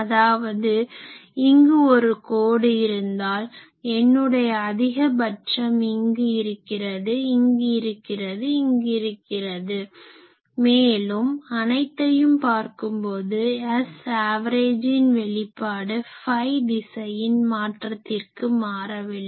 அதாவது இங்கு ஒரு கோடு இருந்தால் என்னுடைய அதிகபட்சம் இங்கு இருக்கிறது இங்கு இருக்கிறது இங்கு இருக்கிறது மேலும் அனைத்தையும் பார்க்கும்போது Sav இன் வெளிப்பாடு ஃபை திசையின் மாற்றத்திற்கு மாறவில்லை